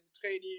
training